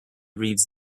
reads